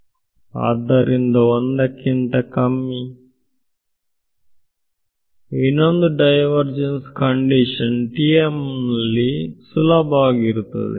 ವಿದ್ಯಾರ್ಥಿ ಆದ್ದರಿಂದ ಒಂದಕ್ಕಿಂತ ಕಮ್ಮಿ ಇನ್ನೊಂದು ಡೈವರ್ ಜೆನ್ಸ್ ಕಂಡೀಶನ್ TM ನಲ್ಲಿ ಸುಲಭವಾಗಿರುತ್ತದೆ